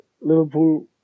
Liverpool